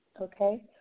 Okay